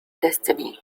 destiny